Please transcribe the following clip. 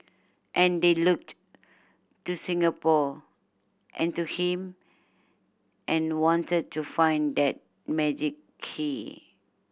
and they looked to Singapore and to him and wanted to find that magic key